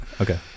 Okay